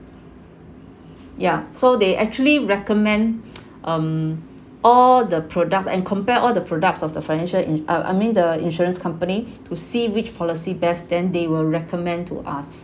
ya so they actually recommend um all the products and compare all the products of the financial in uh I mean the insurance company to see which policy best then they will recommend to us